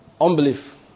Unbelief